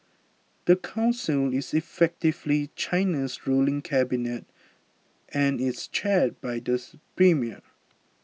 the council is effectively China's ruling cabinet and is chaired by these premier